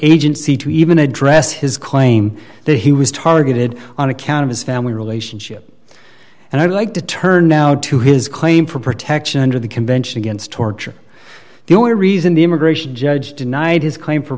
agency to even address his claim that he was targeted on account of his family relationship and i'd like to turn now to his claim for protection under the convention against torture the only reason the immigration judge denied his claim for